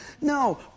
No